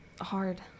Hard